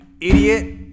idiot